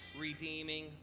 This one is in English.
redeeming